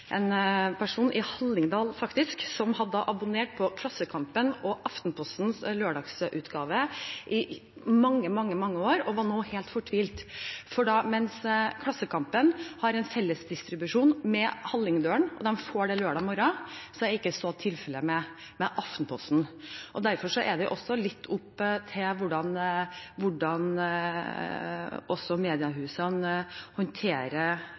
en telefon nylig fra en person i Hallingdal som hadde abonnert på Klassekampen og Aftenpostens lørdagsutgave i mange, mange år, og som nå var helt fortvilet, for mens Klassekampen har fellesdistribusjon med Hallingdølen og man får den lørdag morgen, er ikke så tilfellet med Aftenposten. Derfor er det også litt opp til mediehusene hvordan de håndterer